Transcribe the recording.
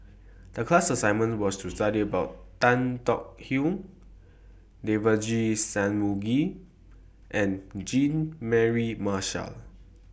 The class assignment was to study about Tan Tong Hye Devagi Sanmugam and Jean Mary Marshall